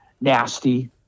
nasty